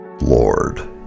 Lord